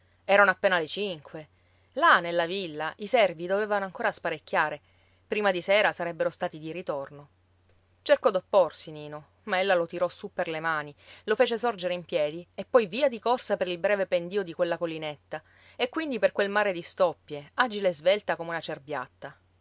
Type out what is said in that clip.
erano appena le cinque là nella villa i servi dovevano ancora sparecchiare prima di sera sarebbero stati di ritorno cercò d'opporsi nino ma ella lo tirò su per le mani lo fece sorgere in piedi e poi via di corsa per il breve pendio di quella collinetta e quindi per quel mare di stoppie agile e svelta come una cerbiatta